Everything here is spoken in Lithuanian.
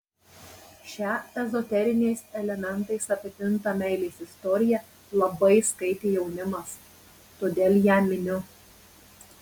šią ezoteriniais elementais apipintą meilės istoriją labai skaitė jaunimas todėl ją miniu